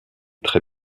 très